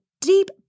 deep